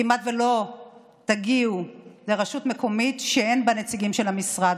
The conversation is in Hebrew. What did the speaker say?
כמעט לא תגיעו לרשות מקומית שאין בה נציגים של המשרד.